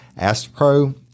AstroPro